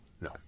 No